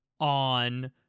on